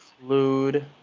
include